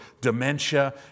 dementia